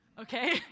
okay